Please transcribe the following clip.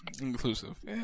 Inclusive